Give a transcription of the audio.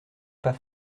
pas